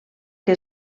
que